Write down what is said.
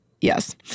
Yes